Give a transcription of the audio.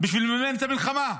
בשביל לממן את המלחמה.